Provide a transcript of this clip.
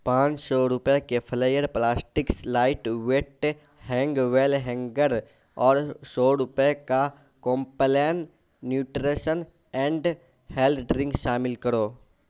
پانچ سو روپے کے Flair plastics light weight hang well hanger اور سو روپے کا Complan nutrition and health drink شامل کرو